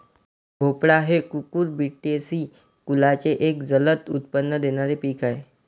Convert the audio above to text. भोपळा हे कुकुरबिटेसी कुलाचे एक जलद उत्पन्न देणारे पीक आहे